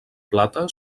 plata